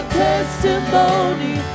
testimony